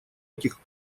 этих